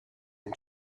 and